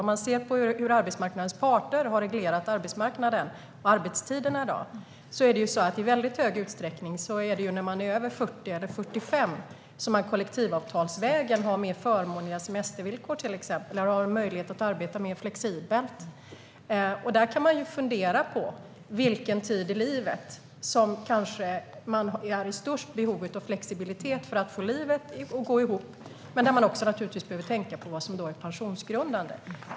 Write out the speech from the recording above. Om man ser hur arbetsmarknadens parter har reglerat arbetsmarknaden och arbetstiderna är det i mycket stor utsträckning så att det är när man är över 40 eller 45 som man kollektivavtalsvägen till exempel har mer förmånliga semestervillkor eller har möjlighet att arbeta mer flexibelt. Där kan man fundera på vid vilken tid i livet man är i störst behov av flexibilitet för att få livet att gå ihop, och man behöver naturligtvis också tänka på vad som är pensionsgrundande.